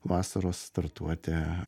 vasaros startuoti